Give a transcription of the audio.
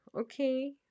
okay